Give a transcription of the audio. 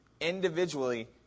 individually